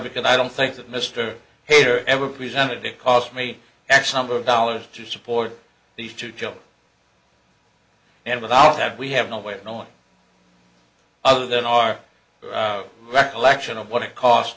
because i don't think that mr haider ever presented it cost me x number of dollars to support these two jobs and without that we have no way of knowing other than our recollection of what it cost